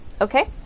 Okay